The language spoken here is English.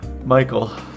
Michael